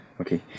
Okay